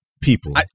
People